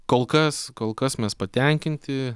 kol kas kol kas mes patenkinti